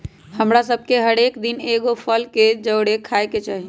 हमरा सभके हरेक दिन एगो फल के जरुरे खाय के चाही